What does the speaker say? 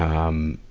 um,